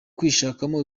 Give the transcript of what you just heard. kwishakamo